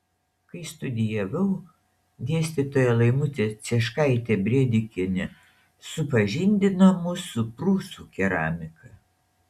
kai studijavau dėstytoja laimutė cieškaitė brėdikienė supažindino mus su prūsų keramika